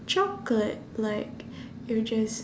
chocolate like it would just